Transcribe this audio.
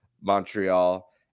montreal